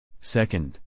Second